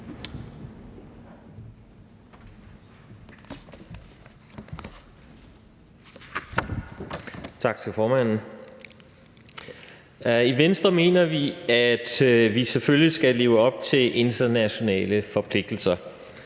I Venstre mener vi, at vi selvfølgelig skal leve op til internationale forpligtelser.